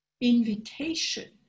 invitation